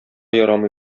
ярамый